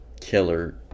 killer